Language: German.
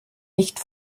nicht